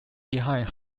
behind